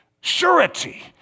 surety